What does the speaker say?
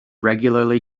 regularly